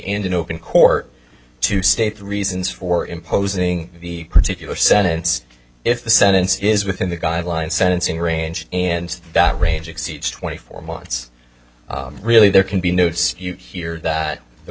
in open court to state reasons for imposing the particular sentence if the sentence is within the guidelines sentencing range and that range exceeds twenty four months really there can be notes here that the